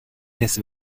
les